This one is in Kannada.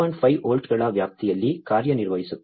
5 ವೋಲ್ಟ್ಗಳ ವ್ಯಾಪ್ತಿಯಲ್ಲಿ ಕಾರ್ಯನಿರ್ವಹಿಸುತ್ತದೆ